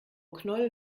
knoll